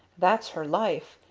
that's her life.